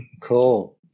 Cool